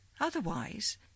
Otherwise